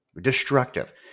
Destructive